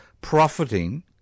profiting